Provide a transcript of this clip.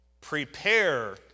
Prepare